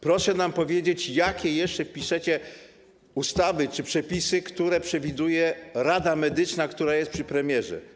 Proszę nam powiedzieć, jakie jeszcze stworzycie ustawy czy wpiszecie przepisy, które przewiduje Rada Medyczna, która jest przy premierze.